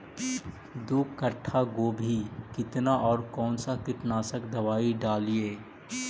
दो कट्ठा गोभी केतना और कौन सा कीटनाशक दवाई डालिए?